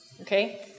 Okay